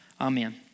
amen